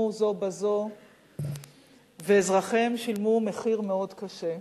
זו בזו ואזרחיהן שילמו מחיר מאוד קשה.